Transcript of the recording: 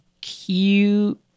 Cute